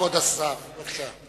כבוד השר, בבקשה.